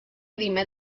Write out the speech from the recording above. dime